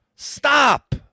Stop